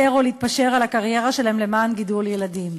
או להתפשר על הקריירה שלהן למען גידול ילדים.